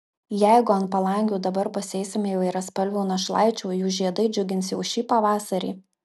jeigu ant palangių dabar pasėsime įvairiaspalvių našlaičių jų žiedai džiugins jau ši pavasarį